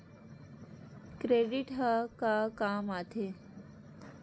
Credit ह का काम आथे?